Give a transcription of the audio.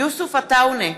יוסף עטאונה,